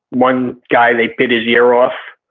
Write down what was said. one guy they bit his ear off,